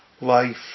life